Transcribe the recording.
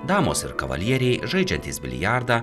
damos ir kavalieriai žaidžiantys biliardą